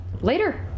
later